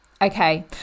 Okay